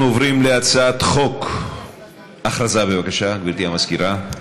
הודעה, גברתי המזכירה.